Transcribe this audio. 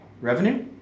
revenue